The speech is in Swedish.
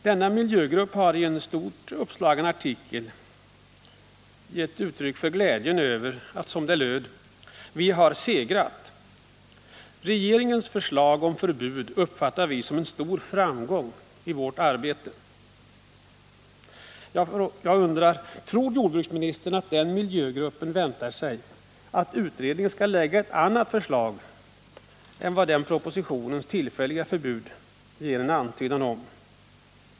Denna miljögrupp gav i en stort uppslagen artikel uttryck för sin glädje: ”Vi har segrat! Regeringens förslag om förbud uppfattar vi som en stor framgång i vårt arbete.” Tror jordbruksministern att den miljögruppen väntar sig att utredningen skall lägga fram ett annat förslag än det som propositionens tillfälliga förbud ger en antydan om?